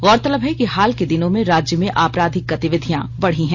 गौरतलब है कि हाल के दिनों में राज्य में आपराधिक गतिविधियां बढ़ी हैं